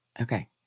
okay